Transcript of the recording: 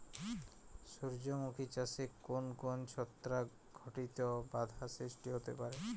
সূর্যমুখী চাষে কোন কোন ছত্রাক ঘটিত বাধা সৃষ্টি হতে পারে?